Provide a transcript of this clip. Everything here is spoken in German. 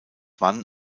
wann